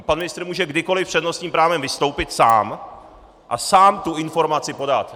Pan ministr může kdykoliv s přednostním právem vystoupit sám a sám informaci podat.